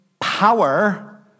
power